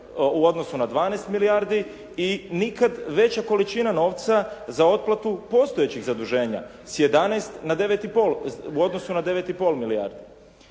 u odnosu na 12 milijardi i nikada veća količina novca za otplatu postojećih zaduženja sa 11 na 9,5 u odnosu na 9,5 milijardi.